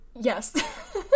yes